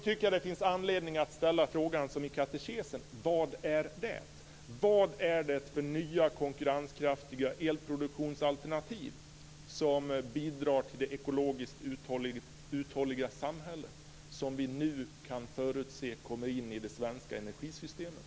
Det finns anledning att ställa frågan som i katekesen: Vad är det? Vad är det för nya konkurrenskraftiga elproduktionsalternativ som bidrar till det ekologiskt uthålliga samhället som vi nu kan förutse kommer in i det svenska energisystemet?